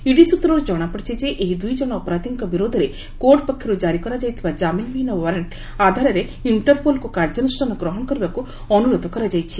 ED ସ୍ବତ୍ରରୁ ଜଣାପଡ଼ିଛି ଯେ ଏହି ଦୁଇଜଣ ଅପରାଧୀଙ୍କ ବିରୋଧରେ କୋର୍ଟ ପକ୍ଷରୁ କାରି କରାଯାଇଥିବା ଜାମିନ ବିହୀନ ଓ୍ୱାରେଷ୍କ୍ ଆଧାରରେ ଇଷ୍ଟରପୋଲ୍କୁ କାର୍ଯ୍ୟାନୁଷ୍ଠାନ ଗ୍ରହଣ କରିବାକୁ ଅନୁରୋଧ କରାଯାଇଛି